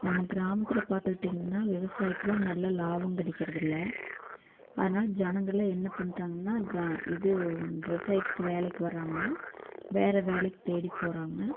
நம்ம கிராமத்தில் பார்த்துக்கிட்டீங்கன்னா விவசாயத்தில் நல்ல லாபம் கிடக்கிறது இல்லை அதனால் ஜனங்களே என்ன பண்ணுறாங்கன்னா கிரா இது விவசாயத்துக்கு வேலைக்கு வராமல் வேறு வேலைக்கு தேடி போகிறாங்க